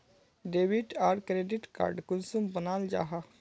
Debit आर credit card कुंसम बनाल जाहा?